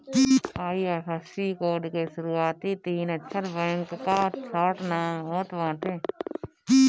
IFSC code के शुरूआती तीन अक्षर बैंक कअ शार्ट नाम होत बाटे